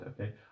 okay